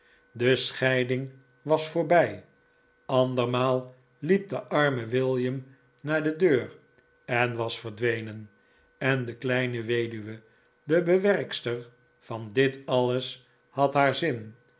de scheiding was voorbij andermaal liep de arme william naar de deur en was verdwenen en de kleine weduwe de bewerkster van dit alles had haar zin